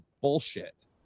bullshit